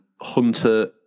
Hunter